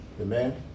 Amen